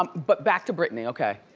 um but back to britney, okay?